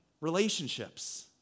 Relationships